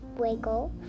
wiggle